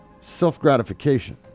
self-gratification